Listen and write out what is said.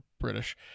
British